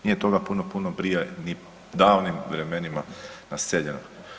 Nije toga puno, puno, puno prije ni davnim vremenima naseljeno.